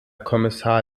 kommissar